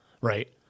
Right